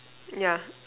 yeah